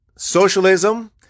Socialism